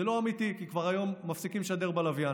זה לא אמיתי, כי היום כבר מפסיקים לשדר בלוויין,